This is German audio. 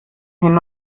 hin